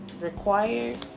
required